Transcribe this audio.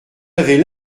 avez